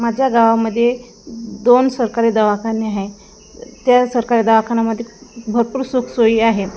माझ्या गावामध्ये दोन सरकारी दवाखाने आहे त्या सरकारी दवाखान्यामध्ये भरपूर सुखसोयी आहे